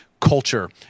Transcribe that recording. culture